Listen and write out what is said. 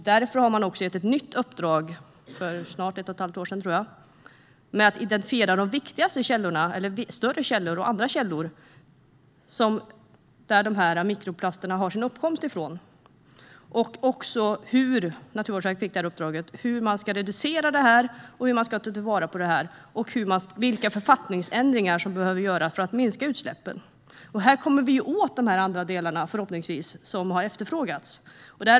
Därför har man - för snart ett och ett halvt år sedan, tror jag - gett ett nytt uppdrag: att identifiera de viktigaste källorna, eller större källor och andra källor, till mikroplasterna. Naturvårdsverket fick det här uppdraget och ska också titta på hur man ska reducera och ta vara på detta och vilka författningsändringar som behöver göras för att minska utsläppen. Här kommer vi förhoppningsvis åt de andra delarna som har efterfrågats.